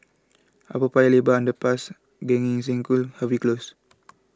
Upper Paya Lebar Underpass Gan Eng Seng School Harvey Close